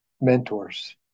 mentors